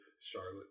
Charlotte